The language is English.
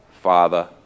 Father